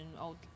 old